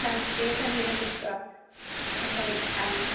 शास्त्रीयसङ्गीतं कृत्वा अहमिच्छामि